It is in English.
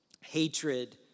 Hatred